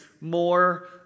more